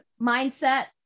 mindset